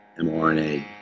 mRNA